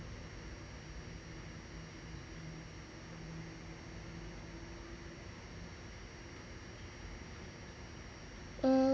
uh